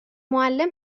معلم